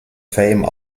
fame